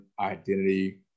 identity